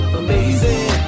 amazing